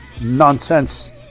nonsense